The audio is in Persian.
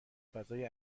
فضای